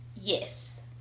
Yes